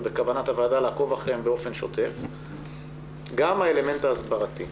ובכוונת הוועדה לעקוב אחריהם באופן שוטף - גם את האלמנט ההסברתי.